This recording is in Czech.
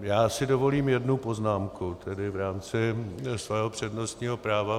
Já si dovolím jednu poznámku v rámci svého přednostního práva.